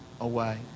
away